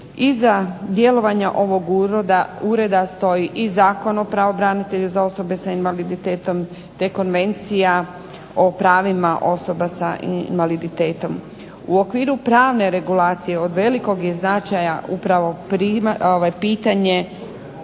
Iza djelovanja ovog ureda stoji i Zakon o pravobranitelju za osobe s invaliditetom te Konvencija o pravima osoba s invaliditetom. U okviru pravne regulacije od velikog je značaja upravo pitanje